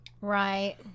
Right